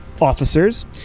officers